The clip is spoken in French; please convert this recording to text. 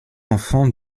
enfants